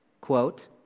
quote